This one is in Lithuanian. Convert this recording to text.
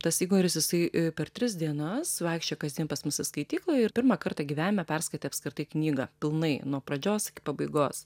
tas igoris jisai per tris dienas vaikščiojo kasdien pas mus į skaityklą ir pirmą kartą gyvenime perskaitė apskritai knygą pilnai nuo pradžios iki pabaigos